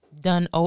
done